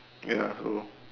ya so